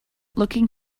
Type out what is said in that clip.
looking